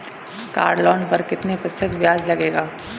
Car loan पर कितने प्रतिशत ब्याज लगेगा?